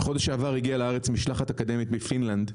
בחודש שעבר הגיעה לארץ משלחת אקדמית מפינלנד,